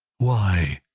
why!